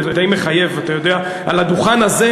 אפילו, זה די מחייב, אתה יודע, על הדוכן הזה.